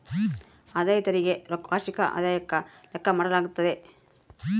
ಆದಾಯ ತೆರಿಗೆ ವಾರ್ಷಿಕ ಆದಾಯುಕ್ಕ ಲೆಕ್ಕ ಮಾಡಾಲಾಗ್ತತೆ